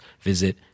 visit